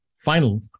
Final